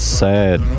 sad